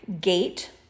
gate